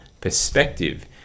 perspective